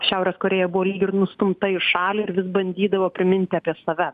šiaurės korėja buvo lyg ir nustumta į šalį ir vis bandydavo priminti apie save